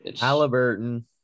Halliburton